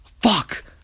fuck